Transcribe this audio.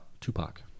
Tupac